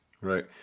Right